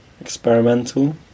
experimental